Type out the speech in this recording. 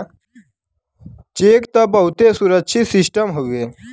check त बहुते सुरक्षित सिस्टम हउए